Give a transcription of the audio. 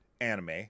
Anime